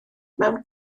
mewn